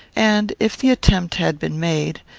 and, if the attempt had been made,